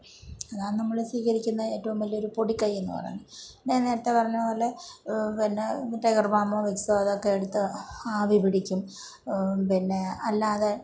ഇതാണ് നമ്മൾ സ്വീകരിക്കുന്ന ഏറ്റവും വലിയ ഒരു പൊടിക്കൈ എന്ന് പറയുന്നത് ഞാൻ നേരത്തെ പറഞ്ഞതുപോലെ പിന്നെ ടൈഗർ ബാമോ വിക്സോ അതൊക്കെ എടുത്ത് ആവി പിടിക്കും പിന്നെ അല്ലാതെ